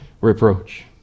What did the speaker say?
reproach